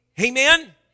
Amen